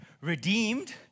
redeemed